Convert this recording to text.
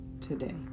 today